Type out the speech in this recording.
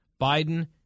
Biden